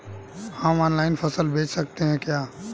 हम ऑनलाइन फसल बेच सकते हैं क्या?